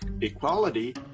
equality